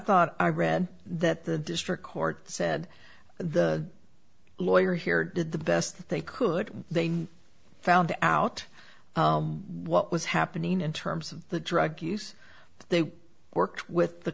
thought i read that the district court said the lawyer here did the best they could they found out what was happening in terms of the drug use they worked with the